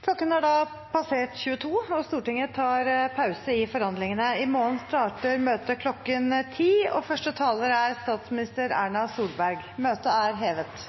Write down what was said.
Klokken har da passert 22, og Stortinget tar pause i forhandlingene. I morgen starter møtet kl. 10, og første taler er statsminister Erna Solberg. – Møtet er hevet.